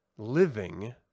Living